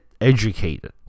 educated